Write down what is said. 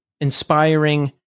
inspiring